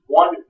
one